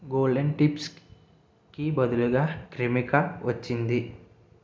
golden tips కి బదులుగా క్రెమికా వచ్చింది